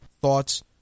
thoughts